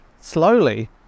Slowly